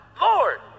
Lord